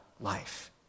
life